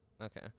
Okay